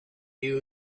you